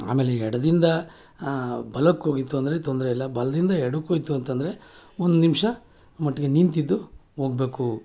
ಆಮೇಲೆ ಎಡದಿಂದ ಬಲಕ್ಕೆ ಹೋಗಿತ್ತು ಅಂದರೆ ತೊಂದರೆ ಇಲ್ಲ ಬಲದಿಂದ ಎಡಕ್ಕೆ ಹೋಯ್ತು ಅಂತ ಅಂದ್ರೆ ಒಂದು ನಿಮಿಷ ಮಟ್ಟಿಗೆ ನಿಂತಿದ್ದು ಹೋಗ್ಬೇಕು